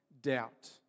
doubt